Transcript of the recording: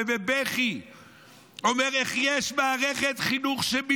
ובבכי אומר: איך יש מערכת חינוך שבה